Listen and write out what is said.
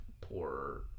poor